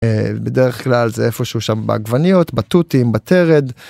אה... בדרך כלל, זה איפשהו שם בעגבניות, בתותים, בתרד;